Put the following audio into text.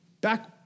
Back